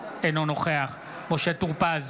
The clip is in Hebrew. אינו נוכח משה טור פז,